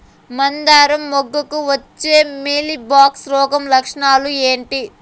మందారం మొగ్గకు వచ్చే మీలీ బగ్స్ రోగం లక్షణాలు ఏంటి?